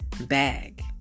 bag